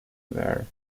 where